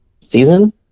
season